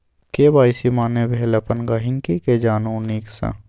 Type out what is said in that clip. KYC माने भेल अपन गांहिकी केँ जानु नीक सँ